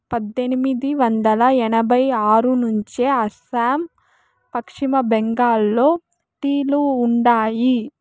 పద్దెనిమిది వందల ఎనభై ఆరు నుంచే అస్సాం, పశ్చిమ బెంగాల్లో టీ లు ఉండాయి